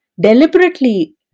deliberately